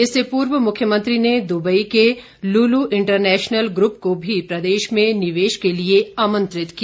इससे पूर्व मुख्यमंत्री ने दुबई के लुलु इन्टरनेशनल ग्रुप को भी प्रदेश में निवेश के लिए आमंत्रित किया